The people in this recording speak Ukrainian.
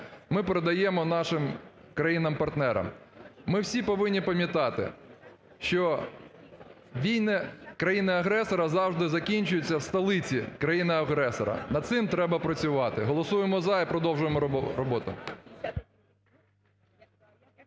ми передаємо нашим країнам-партнерам. Ми всі повинні пам'ятати, що війни країни-агресора завжди закінчуються в столиці країни-агресора, над цим треба працювати. Голосуємо "за" і продовжуємо роботу.